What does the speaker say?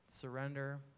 surrender